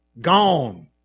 Gone